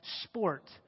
sport